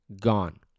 gone